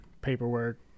paperwork